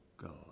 God